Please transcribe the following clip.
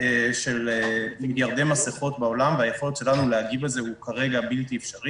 הוא נושא שגם עלה בוועדה.